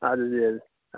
اَدٕ حَظ بِہِو حَظ